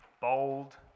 bold